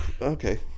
Okay